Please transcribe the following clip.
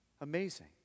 Amazing